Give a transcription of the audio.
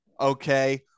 Okay